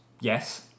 Yes